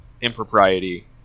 impropriety